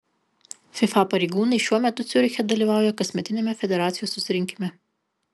fifa pareigūnai šiuo metu ciuriche dalyvauja kasmetiniame federacijos susirinkime